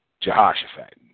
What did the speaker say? Jehoshaphat